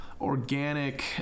Organic